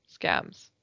scams